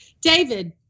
David